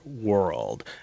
world